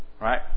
Right